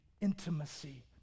intimacy